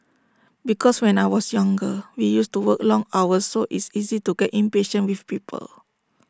because when I was younger we used to work long hours so it's easy to get impatient with people